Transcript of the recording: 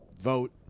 vote